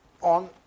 on